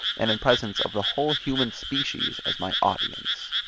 and in presence of the whole human species as my audience.